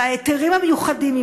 וההיתרים המיוחדים,